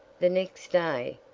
the next day,